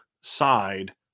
side